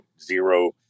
zero